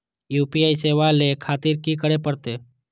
UPI सेवा ले खातिर की करे परते?